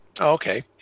okay